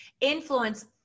influence